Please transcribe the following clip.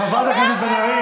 תכירי את הנתונים.